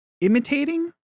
imitating